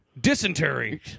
Dysentery